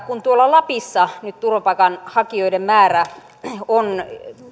kun lapissa nyt turvapaikanhakijoiden määrä on